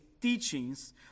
teachings